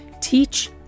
teach